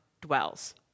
dwells